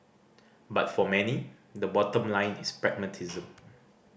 but for many the bottom line is pragmatism